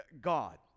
God